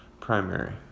primary